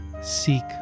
Seek